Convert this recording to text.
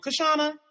Kashana